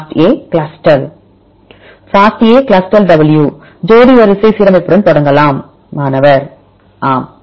FASTA Clustal W ஜோடிவரிசை சீரமைப்புடன் தொடங்கலாம் மாணவர் ஆம்